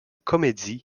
comédie